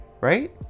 right